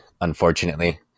unfortunately